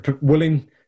willing